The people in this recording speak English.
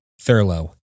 Thurlow